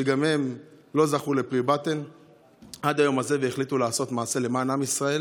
שגם הם לא זכו לפרי בטן עד היום הזה והחליטו לעשות מעשה למען עם ישראל